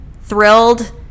thrilled